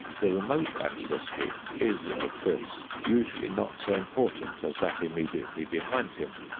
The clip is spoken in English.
the remote ancestry is, of course, usually not so important as that immediately behind him.